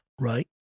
right